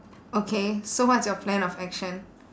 okay so what's your plan of action